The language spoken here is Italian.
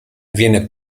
viene